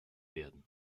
werden